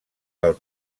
del